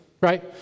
right